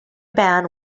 band